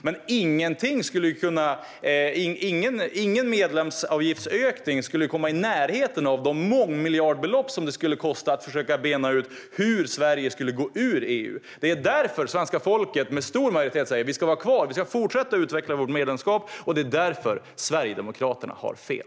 Men ingen medlemsavgiftsökning skulle komma i närheten av de mångmiljardbelopp som det skulle kosta att försöka bena ut hur Sverige skulle gå ur EU. Det är därför svenska folket med stor majoritet säger att vi ska vara kvar och fortsätta att utveckla vårt medlemskap, och det är därför Sverigedemokraterna har fel.